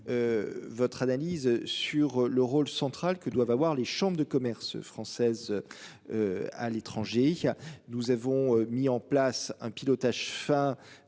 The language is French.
Votre analyse sur le rôle central que doivent avoir les chambres de commerce françaises. À l'étranger, il y a nous avons mis en place un pilotage fin